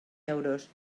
euros